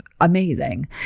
amazing